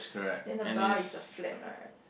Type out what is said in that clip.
then the bar is a flat right